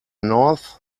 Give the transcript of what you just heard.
north